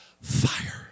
fire